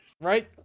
Right